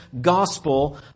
gospel